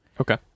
Okay